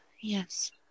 Yes